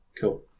cool